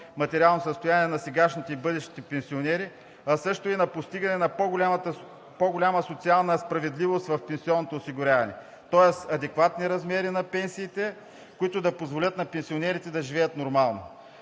материално състояние на сегашните и бъдещите пенсионери, а също и постигане на по-голяма социална справедливост в пенсионното осигуряване, тоест адекватни размери на пенсиите, които да позволят на пенсионерите да живеят нормално.